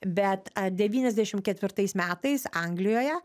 bet devyniasdešimt ketvirtais metais anglijoje